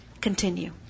continue